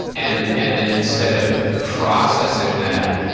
and and then, instead of processing that,